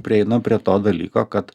prieinam prie to dalyko kad